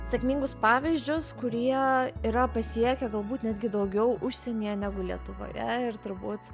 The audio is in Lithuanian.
sėkmingus pavyzdžius kurie yra pasiekę galbūt netgi daugiau užsienyje negu lietuvoje ir turbūt